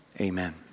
Amen